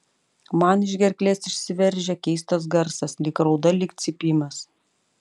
man iš gerklės išsiveržia keistas garsas lyg rauda lyg cypimas